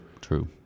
true